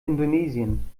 indonesien